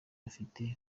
bafite